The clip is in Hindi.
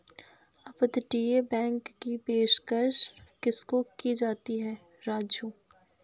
अपतटीय बैंक की पेशकश किसको की जाती है राजू?